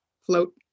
float